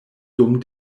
dum